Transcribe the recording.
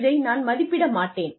இதை நான் மதிப்பிட மாட்டேன்